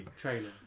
Trailer